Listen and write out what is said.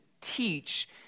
teach